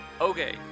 Okay